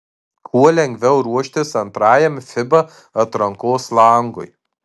kuo lengviau ruoštis antrajam fiba atrankos langui